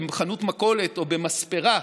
בחנות מכולת או במספרה,